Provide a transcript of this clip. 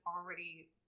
already